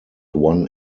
one